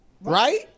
right